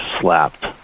slapped